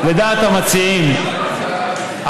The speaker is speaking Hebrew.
לדעת המציעים,